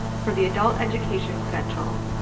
for the adult education credential,